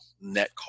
net